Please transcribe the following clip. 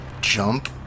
jump